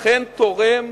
אכן תורם